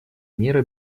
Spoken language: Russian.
мира